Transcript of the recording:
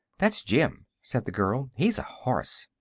that's jim, said the girl. he's a horse.